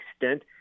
extent